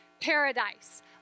paradise